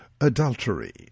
Adultery